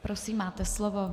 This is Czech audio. Prosím, máte slovo.